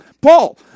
Paul